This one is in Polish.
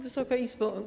Wysoka Izbo!